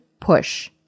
push